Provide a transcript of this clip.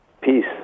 peace